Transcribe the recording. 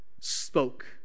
spoke